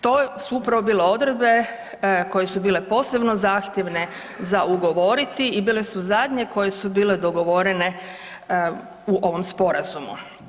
To je su probile odredbe koje su bile posebno zahtjevne za ugovoriti i bile su zadnje koje su bile dogovorene u ovom Sporazumu.